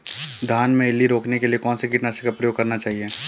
धान में इल्ली रोकने के लिए कौनसे कीटनाशक का प्रयोग करना चाहिए?